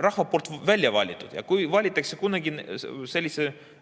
rahva poolt valitud. Ja kui valitakse kunagi sellist